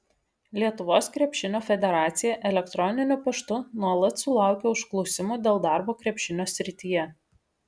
lietuvos krepšinio federacija elektroniniu paštu nuolat sulaukia užklausimų dėl darbo krepšinio srityje